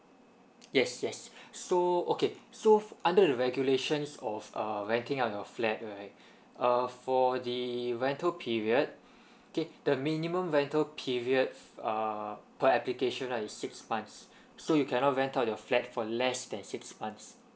yes yes so okay so under the regulations of uh renting out your flat right uh for the rental period okay the minimum rental periods uh per application are six months so you cannot rent out your flat for less than six months